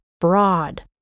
broad